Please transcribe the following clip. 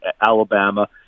Alabama